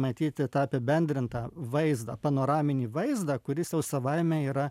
matyti tą apibendrintą vaizdą panoraminį vaizdą kuris jau savaime yra